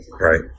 Right